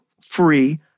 free